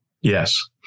Yes